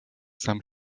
sam